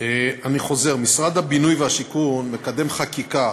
אני חוזר, משרד הבינוי והשיכון מקדם חקיקה.